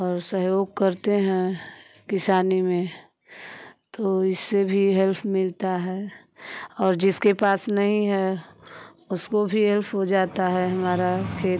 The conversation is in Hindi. और सहयोग करते हैं किसानी में तो इससे भी हेल्प मिलता है और जिसके पास नही है उसको भी हेल्प हो जाता है हमारा फिर